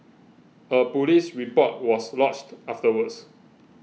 a police report was lodged afterwards